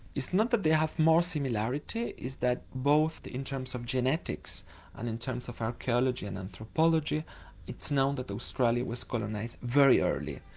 it's not that they have more similarity it's that both in terms of genetics and in terms of archaeology and anthropology it's known that australia was colonised very early,